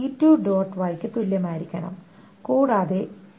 Y യ്ക്ക് തുല്യമായിരിക്കണം കൂടാതെ t4